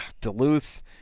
Duluth